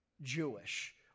Jewish